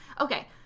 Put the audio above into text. Okay